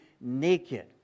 naked